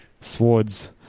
swords